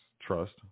trust